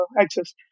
access